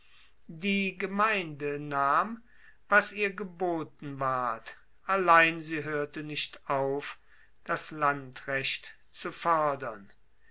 die gemeinde nahm was ihr geboten ward allein sie hoerte nicht auf das landrecht zu fordern